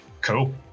Cool